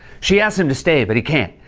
she asks him to stay, but he can't,